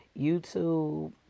YouTube